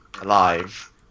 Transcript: alive